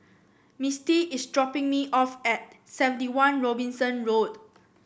Mistie is dropping me off at Seventy One Robinson Road